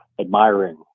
admiring